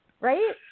right